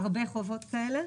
הרבה חובות כאלה,